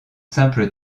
simple